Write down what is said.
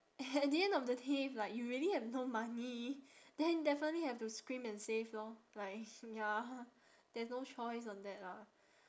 at the end of the day if like you really have no money then definitely have to scrimp and save lor like ya there's no choice on that ah